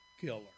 killer